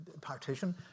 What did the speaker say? partition